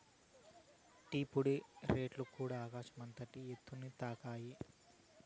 tea పొడి రేట్లుకూడ ఆకాశం అంతటి ఎత్తుని తాకాయి